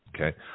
Okay